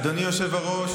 אדוני היושב-ראש,